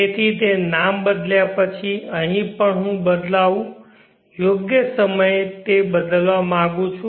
તેથી તે નામ બદલ્યા પછી અહીં પણ હું બદલાવું યોગ્ય સમયે તે બદલવા માંગું છું